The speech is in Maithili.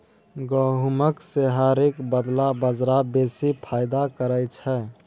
गहुमक सोहारीक बदला बजरा बेसी फायदा करय छै